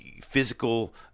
physical